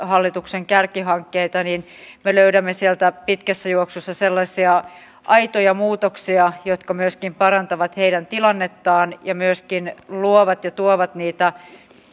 hallituksen kärkihankkeita me löydämme sieltä pitkässä juoksussa sellaisia aitoja muutoksia jotka parantavat myöskin omais ja perhehoitajien tilannetta ja myöskin luovat ja tuovat niitä